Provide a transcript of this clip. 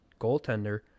goaltender